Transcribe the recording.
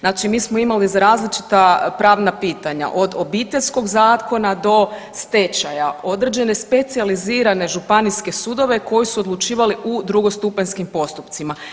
Znači mi smo imali za različita pravna pitanja od obiteljskog zakona do stečaja određene specijalizirane županijske sudove koji su odlučivali u drugostupanjskim postupcima.